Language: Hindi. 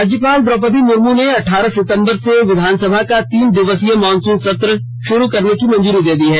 राज्यपाल द्रौपदी मुर्मू ने अठारह सितंबर से विधानसभा का तीन दिवसीय मॉनसून सत्र शुरू करने की मंजूरी दी है